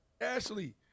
Ashley